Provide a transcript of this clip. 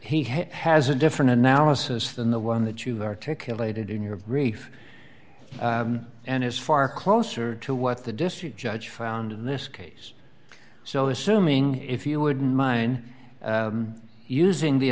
he has a different analysis than the one that you've articulated in your brief and is far closer to what the district judge found in this case so assuming if you wouldn't mind using the